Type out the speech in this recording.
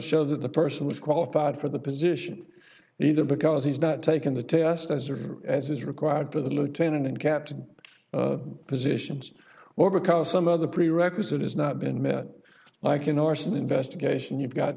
show that the person is qualified for the position either because he's not taken the test as or as is required for the lieutenant and captain positions or because some other prerequisite has not been met like an arson investigation you've got